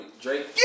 Drake